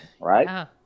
right